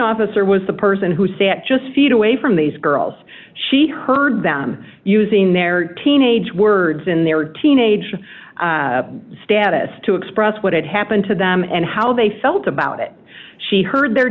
officer was the person who sat just feet away from these girls she heard them using their teenage words in their teenage status to express what had happened to them and how they felt about it she heard their